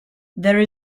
there